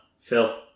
Phil